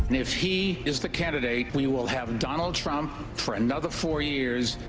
if he is the candidate, we will have donald trump for another four years.